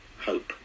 hope